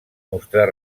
mostrar